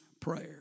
prayer